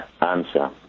answer